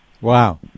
wow